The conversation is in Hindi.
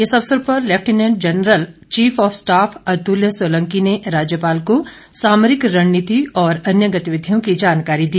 इस अवसर पर lieutenant general chief of staff Atulya Solanki ने राज्यपाल को सामरिक रणनीति और अन्य गतिविधियों की जानकारी दी